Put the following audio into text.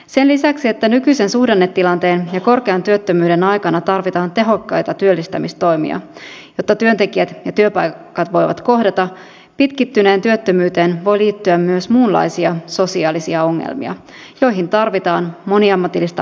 sen lisäksi että nykyisen suhdannetilanteen ja korkean työttömyyden aikana tarvitaan tehokkaita työllistämistoimia jotta työntekijät ja työpaikat voivat kohdata pitkittyneeseen työttömyyteen voi liittyä myös muunlaisia sosiaalisia ongelmia joihin tarvitaan moniammatillista apua ja tukea